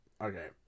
okay